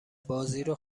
بازیرو